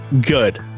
good